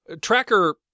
Tracker